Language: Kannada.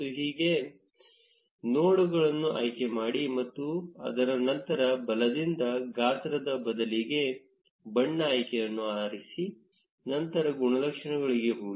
ಈಗ ಮತ್ತೆ ನೋಡ್ಗಳನ್ನು ಆಯ್ಕೆಮಾಡಿ ಮತ್ತು ಅದರ ನಂತರ ಬಲದಿಂದ ಗಾತ್ರದ ಬದಲಿಗೆ ಬಣ್ಣ ಆಯ್ಕೆಯನ್ನು ಆರಿಸಿ ನಂತರ ಗುಣಲಕ್ಷಣಗಳಿಗೆ ಹೋಗಿ